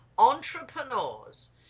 entrepreneurs